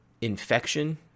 infection